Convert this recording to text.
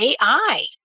AI